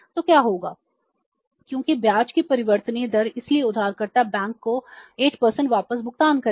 तो क्या होगा क्योंकि ब्याज की परिवर्तनीय दर इसलिए उधारकर्ता बैंक को 8 वापस भुगतान करेगा